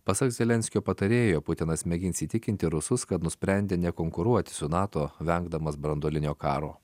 pasak zelenskio patarėjo putinas mėgins įtikinti rusus kad nusprendė nekonkuruoti su nato vengdamas branduolinio karo